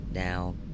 Now